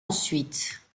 ensuite